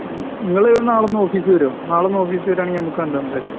പിന്നെ നിങ്ങൾ നാളെ ഒന്ന് ഓഫീസ് വരുമോ നാളെ ഒന്ന് ഓഫീസ് വരുകയാണെങ്കിൽ നമുക്ക് കണ്ട് സംസാരിക്കാം